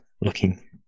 looking